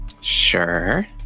Sure